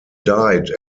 died